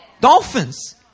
Dolphins